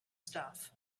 stuff